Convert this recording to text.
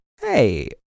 hey